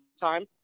time